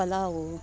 pulao